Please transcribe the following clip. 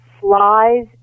flies